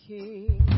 King